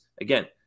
again